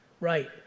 right